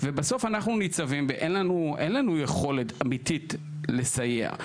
ובסוף אנחנו ניצבים ואין לנו יכולת אמיתית לסייע.